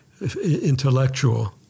intellectual